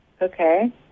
Okay